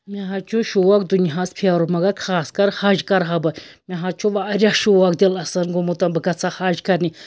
مےٚ حظ چھُ شوق دُنیاہَس پھیرُن مَگر خاص کَر حج کَرٕ ہا بہٕ مےٚ حظ چھُ واریاہ شوق دِلس گوٚمُت بہٕ گژھٕ ہا حج کَرنہِ